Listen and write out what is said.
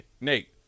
Nate